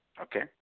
Okay